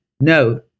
No